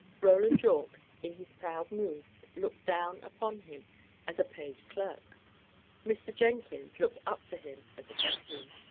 roland yorke, in his proud moods, looked down upon him as a paid clerk mr. jenkins looked up to him as a gentleman.